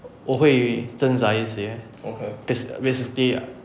我会挣扎一些 is basically